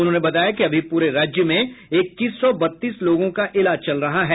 उन्होंने बताया कि अभी पूरे राज्य में इक्कीस सौ बत्तीस लोगों का इलाज चल रहा है